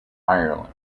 ireland